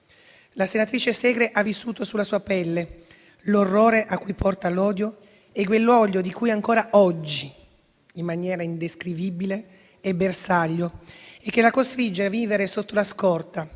La senatrice Segre ha vissuto sulla sua pelle l'orrore a cui porta l'odio; quell'odio di cui ancora oggi in maniera indescrivibile è bersaglio, che la costringe a vivere sotto scorta